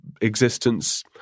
existence